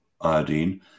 iodine